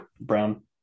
brown